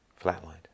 Flatlined